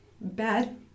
bad